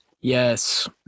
yes